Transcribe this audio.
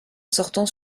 sortant